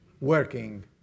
working